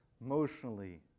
emotionally